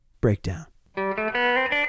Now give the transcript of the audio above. breakdown